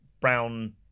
brown